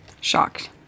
Shocked